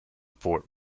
fort